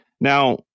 Now